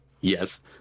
Yes